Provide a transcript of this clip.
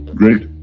great